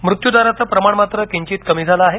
मृत्यू दराचं प्रमाण मात्र किंचित कमी झालं आहे